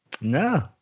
No